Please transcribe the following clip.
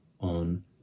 on